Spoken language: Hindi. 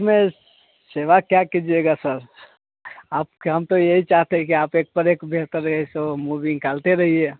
इसमें सेवा क्या कीजिएगा सर आप के हम तो यही चाहते हैं कि आप एक पर एक बेहतर ऐसे मुवी निकालते रहिए